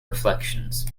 reflections